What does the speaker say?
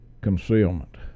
concealment